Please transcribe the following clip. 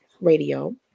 radio